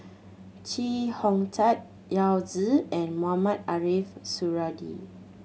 Chee Hong Tat Yao Zi and Mohamed Ariff Suradi